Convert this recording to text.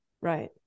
Right